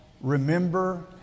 remember